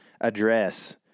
address